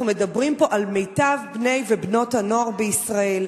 אנחנו מדברים פה על מיטב בני ובנות הנוער בישראל,